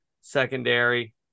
secondary